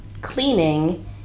cleaning